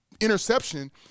interception